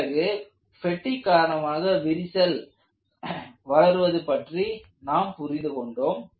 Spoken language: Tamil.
பிறகு பெட்டிக் காரணமாக விரிசல் வளர்வது பற்றி நாம் புரிந்து கொண்டோம்